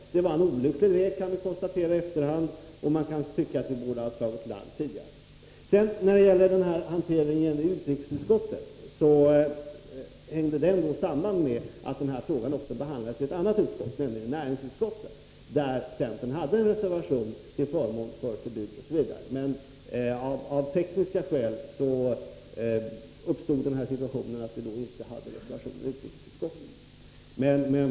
Att det var en olycklig väg kan vi i efterhand konstatera, och man kan tycka att vi borde ha slagit larm tidigare. När det sedan gäller behandlingen av frågan i utrikesutskottet hängde detta samman med att frågan också behandlades i ett annat utskott, nämligen näringsutskottet. Där reserverade sig centern till förmån för förbud, men av tekniska skäl uppstod situationen att vi inte reserverade oss i utrikesutskottet.